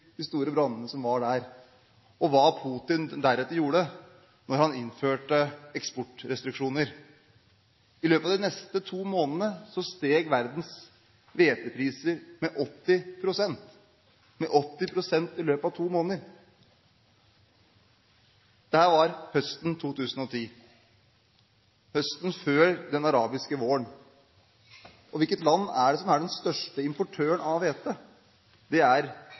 de store brannene som var der, og at Putin deretter innførte eksportrestriksjoner. I løpet av de neste to månedene steg verdens hvetepriser med 80 pst. – 80 pst. i løpet av to måneder! Dette var høsten 2010 – høsten før den arabiske våren. Hvilket land er den største importøren av hvete? Det er